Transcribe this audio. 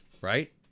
right